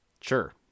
sure